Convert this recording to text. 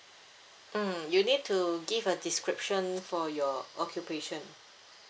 mm you need to give a description for your occupation